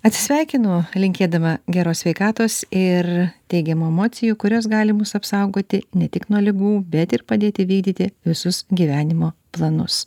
atsisveikinu linkėdama geros sveikatos ir teigiamų emocijų kurios gali mus apsaugoti ne tik nuo ligų bet ir padėti vykdyti visus gyvenimo planus